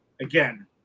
again